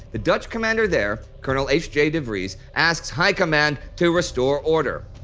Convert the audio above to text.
the dutch commander there, colonel h j. de vries asks high command to restore order.